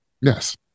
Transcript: Yes